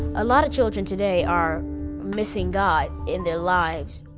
a lot of children today are missing god in their lives.